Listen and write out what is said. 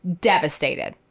Devastated